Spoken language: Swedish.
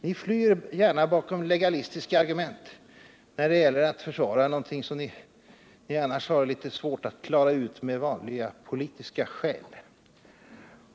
Ni flyr gärna bakom legalistiska argument när det gäller att försvara något som ni annars har litet svårt att klara ut med vanliga politiska argument.